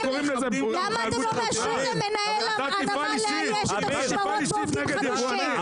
למה אתם לא מאשרים למנהל הנמל לאייש את המשמרות בעובדים חדשים?